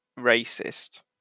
racist